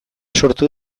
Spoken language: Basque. sortu